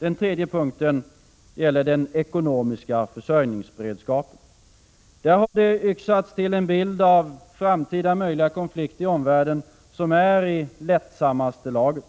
Den tredje punkten gäller den ekonomiska försörjningsberedskapen. Där har det yxats till en bild av framtida möjliga konflikter i omvärlden som är i lättsammaste laget.